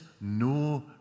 no